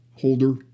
holder